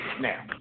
Now